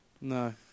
no